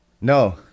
No